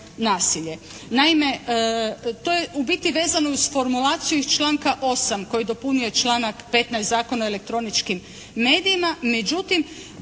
nasilje. Naime, to je u biti vezano uz formulaciju iz članka 8. koju dopunjuje članak 15. Zakona o elektroničkim medijima. Međutim,